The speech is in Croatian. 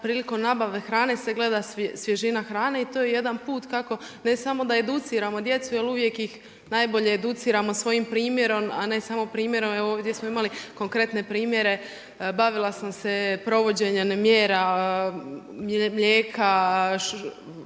prilikom nabave hrane se gleda svježina hrane i to je jedan put kako ne samo da educiramo djecu, jer uvijek ih najbolje educiramo svojim primjerom, a ne samo primjerom, evo ovdje smo imali konkretne primjere, bavila sam se provođenjem mjera mlijeka,